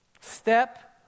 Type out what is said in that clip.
Step